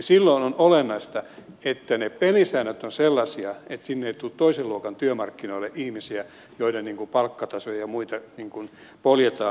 silloin on olennaista että pelisäännöt ovat sellaisia ettei sinne tule toisen luokan työmarkkinoille ihmisiä joiden palkkatasoa ja muita poljetaan